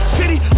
city